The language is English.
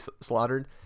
slaughtered